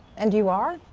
and you are?